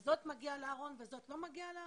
אז זאת מגיע לה ארון וזאת לא מגיע לה ארון?